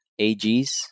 AGS